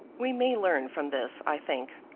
we may learn from this, i think,